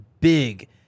big